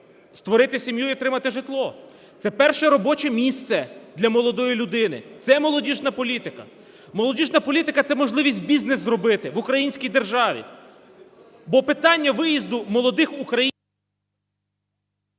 створити сім'ю і отримати житло. Це перше робоче місце для молодої людини, це молодіжна політика. Молодіжна політика – це можливість бізнес зробити в українській державі, бо питання виїзду молодих українських…